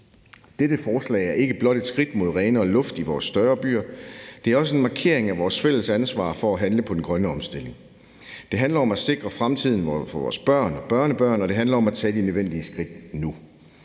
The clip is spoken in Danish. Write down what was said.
Dette forslag er ikke blot et skridt mod renere luft i vores større byer; det er også en markering af vores fælles ansvar for at handle på den grønne omstilling. Det handler om at sikre fremtiden for vores børn og børnebørn, og det handler om at tage de nødvendige skridt nu.